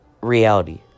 reality